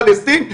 פלסטין,